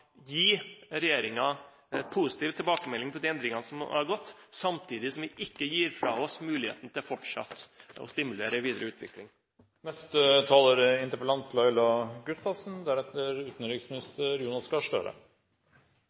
gi regjeringen positiv tilbakemelding på de endringene som har vært gjort, samtidig som vi ikke gir fra oss muligheten til fortsatt å stimulere til en videre